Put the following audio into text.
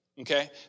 okay